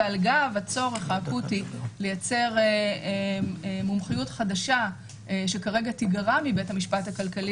ועל גב הצורך האקוטי לייצר מומחיות חדשה שכרגע תיגרע מבית המשפט הכלכלי,